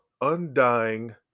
undying